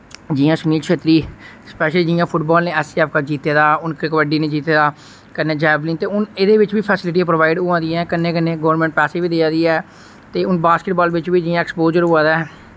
जि'यां सुनील छेत्री स्पैशल जियां फुटबाल ने एचसीएफ कप जित्तेदा हुन कबड्डी नै जित्ते दा कन्नै जैवलिन ते हुन एह्दे विच वि फैसिलिटियां प्रोवाइड होआ दियां कन्नै कन्नै गोरमैंट पैसे बी देआ दी ऐ ते हुन बास्केटबाल बिच बी जियां एक्सपोजर होआ दा ऐ